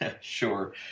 Sure